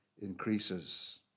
increases